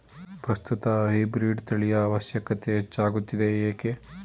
ಪ್ರಸ್ತುತ ಹೈಬ್ರೀಡ್ ತಳಿಯ ಅವಶ್ಯಕತೆ ಹೆಚ್ಚಾಗುತ್ತಿದೆ ಏಕೆ?